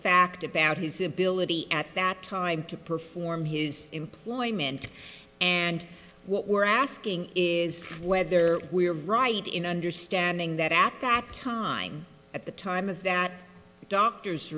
fact about his ability at that time to perform his employment and what we're asking is whether we are right in understanding that at that time at the time of that doctor